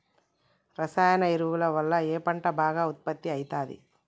రసాయన ఎరువుల వల్ల ఏ పంట బాగా ఉత్పత్తి అయితది?